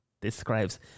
describes